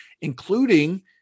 including